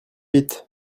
vite